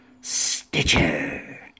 Stitcher